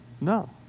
No